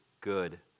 good